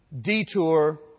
detour